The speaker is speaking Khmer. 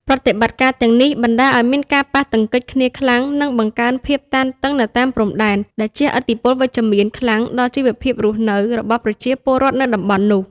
ប្រតិបត្តិការទាំងនេះបណ្ដាលឱ្យមានការប៉ះទង្គិចគ្នាខ្លាំង និងបង្កើនភាពតានតឹងនៅតាមព្រំដែន ដែលជះឥទ្ធិពលអវិជ្ជមានខ្លាំងដល់ជីវភាពរស់នៅរបស់ប្រជាពលរដ្ឋនៅតំបន់នោះ។